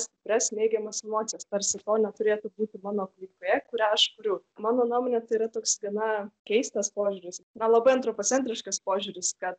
stiprias neigiamas emocijas tarsi to neturėtų būti mano aplinkoje kurią aš kuriu mano nuomone tai yra toks gana keistas požiūris na labai antropocentriškas požiūris kad